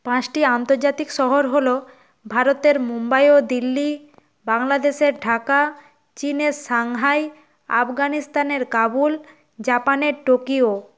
পাঁচটি আন্তর্জাতিক শহর হলো ভারতের মুম্বাই ও দিল্লি বাংলাদেশের ঢাকা চীনের সাংহাই আফগানিস্তানের কাবুল জাপানের টোকিয়ো